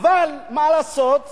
מצביעיה מצביעי